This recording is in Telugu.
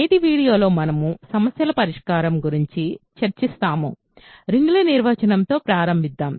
నేటి వీడియో లో మనము సమస్యల పరిష్కారం గురించి చర్చిస్తాము రింగుల నిర్వచనం తో ప్రారంభిద్దాం